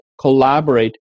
collaborate